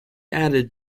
added